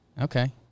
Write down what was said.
Okay